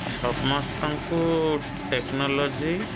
ସମସ୍ତଙ୍କୁ ଟେକ୍ନୋଲୋଜି